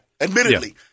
admittedly